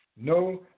no